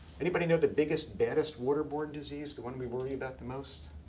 anybody know the biggest, baddest waterborne disease? the one we worry about the most.